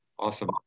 Awesome